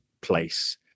place